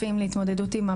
שונים וגם